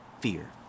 fear